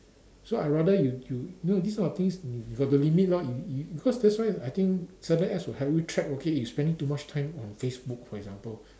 so I rather you you know this type of things you got the limit lor you you you cause that's why I think certain apps will help you track okay you spending too much time on Facebook for example